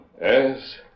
Yes